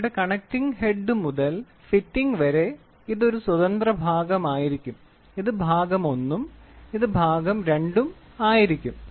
അതിനാൽ ഇവിടെ connecting head മുതൽ ഫിറ്റിങ് വരെ ഇത് ഒരു സ്വതന്ത്ര ഭാഗമായിരിക്കും ഇത് ഭാഗം I ഉം ഇത് ഭാഗം II ഉം ആയിരിക്കും